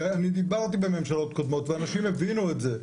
אני דיברתי בממשלות קודמות ואנשים הבינו את זה.